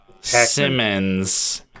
simmons